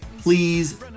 please